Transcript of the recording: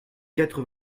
quatre